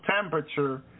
temperature